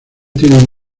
tienen